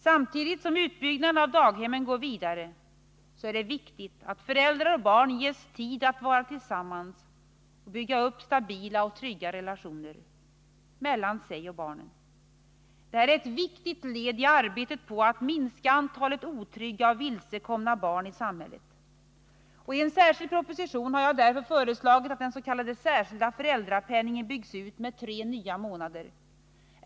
Samtidigt som utbyggnaden av daghemmen går vidare är det viktigt att föräldrar och barn ges tid att vara tillsammans och bygga upp stabila och trygga relationer mellan sig. Det är ett viktigt led i arbetet på att minska antalet otrygga och vilsekomna barn i samhället. I en särskild proposition har jag därför föreslagit att den s.k. särskilda föräldrapenningen byggs ut med tre månader.